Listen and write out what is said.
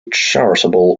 charitable